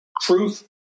Truth